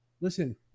Listen